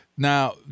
Now